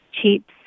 cheap